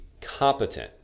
competent